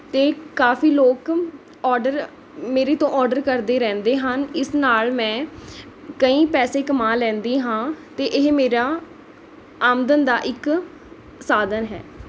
ਅਤੇ ਕਾਫੀ ਲੋਕ ਔਡਰ ਮੇਰੇ ਤੋਂ ਔਡਰ ਕਰਦੇ ਰਹਿੰਦੇ ਹਨ ਇਸ ਨਾਲ ਮੈਂ ਕਈ ਪੈਸੇ ਕਮਾ ਲੈਂਦੀ ਹਾਂ ਅਤੇ ਇਹ ਮੇਰਾ ਆਮਦਨ ਦਾ ਇੱਕ ਸਾਧਨ ਹੈ